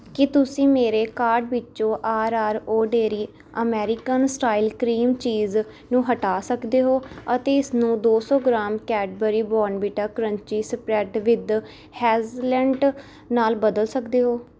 ਕੀ ਤੁਸੀਂ ਮੇਰੇ ਕਾਰਟ ਵਿੱਚੋਂ R R O dairy American style cream cheese ਨੂੰ ਹਟਾ ਸਕਦੇ ਹੋ ਅਤੇ ਇਸਨੂੰ ਦੋ ਸੌ gram Cadbury Bournvita crunchy spread with hazelnut ਨਾਲ ਬਦਲ ਸਕਦੇ ਹੋ